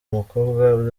umukobwa